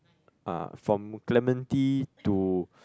uh from Clementi to